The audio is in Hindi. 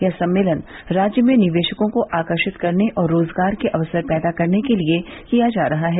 यह सम्मेलन राज्य में निवेशकों को आकर्षित करने और रोजगार के अवसर पैदा करने के लिए किया जा रहा है